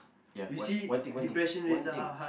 ya one one thing one thing one thing